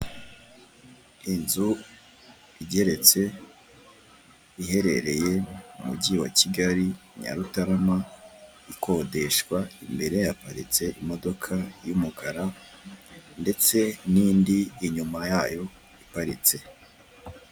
Inzu igeretse iherereye mu mujyi wa Kigali Nyarutarama ikodeshwa, imbere haparitse imodoka y'umukara ndetse n'indi inyuma yayo iparitse.